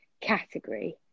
category